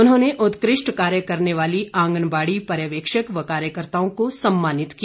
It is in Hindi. उन्होंने उत्कृष्ट कार्य करने वाली आंगनबाड़ी पर्यवेक्षक व कार्यकर्ताओं को सम्मानित किया